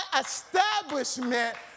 establishment